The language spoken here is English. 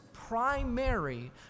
primary